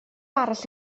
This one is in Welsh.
arall